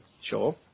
Sure